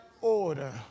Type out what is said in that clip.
order